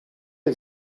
had